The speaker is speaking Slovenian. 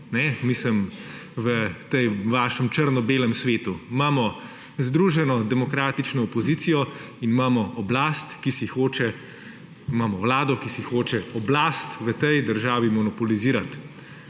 Mislim v tem vašem črno-belem svetu. Imamo združeno demokratično opozicijo in imamo vlado, ki si hoče oblast v tej državi monopolizirati.